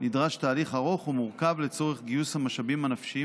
נדרש תהליך ארוך ומורכב לצורך גיוס המשאבים הנפשיים